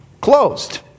closed